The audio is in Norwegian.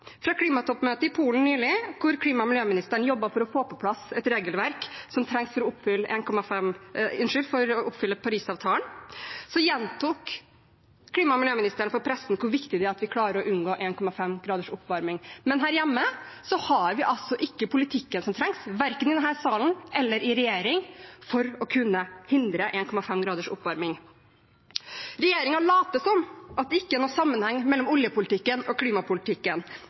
Fra klimatoppmøtet i Polen nylig, hvor klima- og miljøministeren jobbet for å få på plass det regelverket som trengs for å oppfylle Parisavtalen, gjentok klima- og miljøministeren for pressen hvor viktig det er at vi klarer å unngå 1,5 graders oppvarming. Men her hjemme har vi ikke politikken som trengs, verken i denne salen eller i regjeringen, for å kunne hindre 1,5 graders oppvarming. Regjeringen later som om det ikke er noen sammenheng mellom oljepolitikken og klimapolitikken,